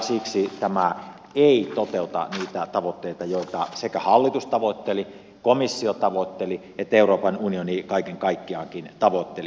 siksi tämä ei toteuta niitä tavoitteita joita sekä hallitus tavoitteli komissio tavoitteli että euroopan unioni kaiken kaikkiaankin tavoitteli